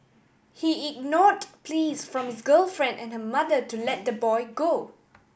he ignored pleas from his girlfriend and her mother to let the boy go